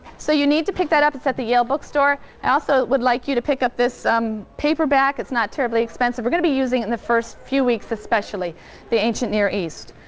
so you need to pick that up. it's at the yale bookstore. i also would like you to pick up this um paperback, it's not terribly expensive. we're going to be using it in the first few weeks especially the ancient near east.